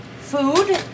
food